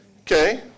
Okay